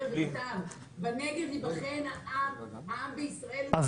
"בנגב ייבחן העם בישראל..." --- אז